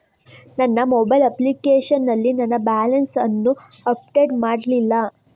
ನನ್ನ mobile application ನಲ್ಲಿ ನನ್ನ ಬ್ಯಾಲೆನ್ಸ್ ಅನ್ನು ಅಪ್ಡೇಟ್ ಮಾಡ್ಲಿಲ್ಲ